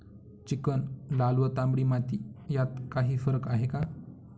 Chicken, लाल व तांबडी माती यात काही फरक आहे का?